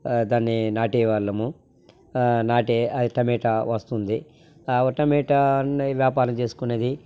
దాన్ని నాటే వాళ్ళము నాటి అది టమోటా వస్తుంది టమోటా వ్యాపారం చేసుకునేది